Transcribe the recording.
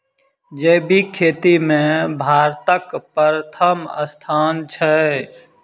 जैबिक खेती मे भारतक परथम स्थान छै